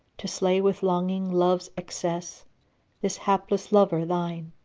to slay with longing love's excess this hapless lover thine?